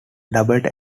doubled